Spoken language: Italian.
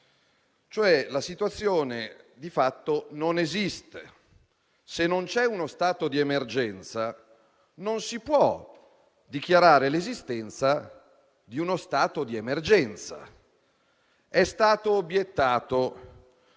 che la situazione di fatto non esiste. Se non c'è uno stato di emergenza, non si può dichiarare l'esistenza di uno stato di emergenza; è stato però obiettato